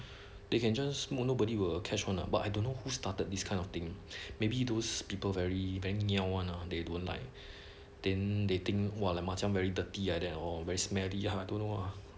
they can just smoke nobody will catch one lah but I don't know who started this kind of thing maybe those people very very niao one lah they don't like then they think !wah! macam very dirty like that or very smelly lah I don't know ah